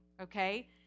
okay